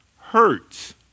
hurts